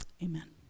amen